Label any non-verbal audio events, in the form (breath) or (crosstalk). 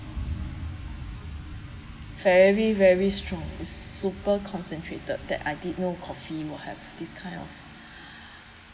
very very strong it's super concentrated that I didn't know coffee would have this kind of (breath)